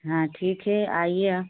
हाँ ठीक है आइए आ